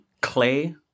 Clay